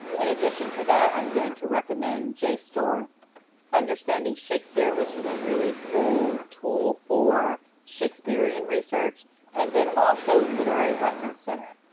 and addition to that i'm going to recommend jstor, understanding shakespeare which is a really cool tool for shakespearean research and then also literary reference center.